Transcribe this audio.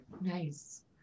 Nice